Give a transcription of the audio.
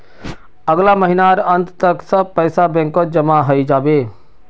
अगला महीनार अंत तक सब पैसा बैंकत जमा हइ जा बे